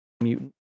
Mutant